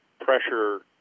pressure